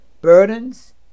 burdens